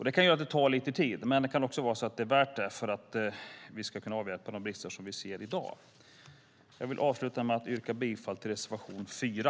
Det kan göra att inventeringen och åtgärderna tar lite tid, men det kan det vara värt om vi ska kunna avhjälpa de brister som vi ser i dag. Jag vill avsluta med att yrka bifall till reservation 4.